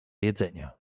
jedzenia